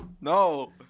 No